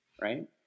right